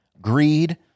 greed